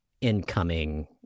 incoming